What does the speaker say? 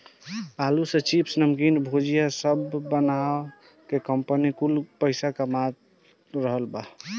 आलू से चिप्स, नमकीन, भुजिया सब बना के कंपनी कुल पईसा कमा रहल बा